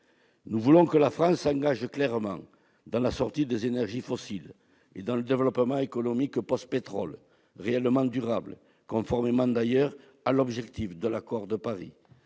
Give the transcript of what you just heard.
nous voulons que la France s'engage clairement dans la sortie des énergies fossiles et dans un développement économique post-pétrole, réellement durable, conformément à l'objectif de l'accord de Paris